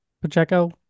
Pacheco